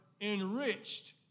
enriched